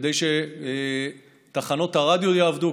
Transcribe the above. כדי שתחנות הרדיו יעבדו,